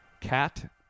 Cat